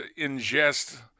ingest